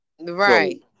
Right